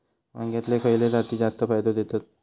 वांग्यातले खयले जाती जास्त फायदो देतत?